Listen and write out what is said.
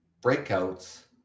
breakouts